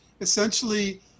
essentially